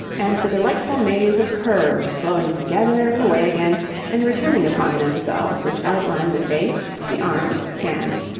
and the delightful maze of curves flowing together and away again and returning upon themselves which outline the face, the arms, hands,